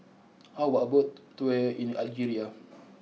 how about a boat tour in Algeria